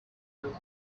orders